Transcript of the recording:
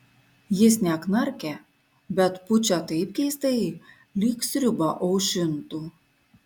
jis neknarkia bet pučia taip keistai lyg sriubą aušintų